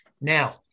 Now